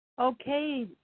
Okay